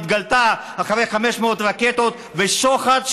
אחרי 500 רקטות ושוחד,